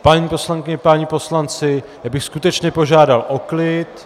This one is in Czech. Paní poslankyně, páni poslanci, já bych skutečně požádal o klid.